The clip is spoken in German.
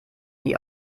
die